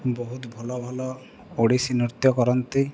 ବହୁତ ଭଲ ଭଲ ଓଡ଼ିଶୀ ନୃତ୍ୟ କରନ୍ତି